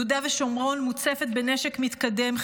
יהודה ושומרון מוצפת בנשק מתקדם,